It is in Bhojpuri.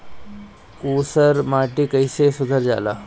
ऊसर माटी कईसे सुधार जाला?